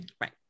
Right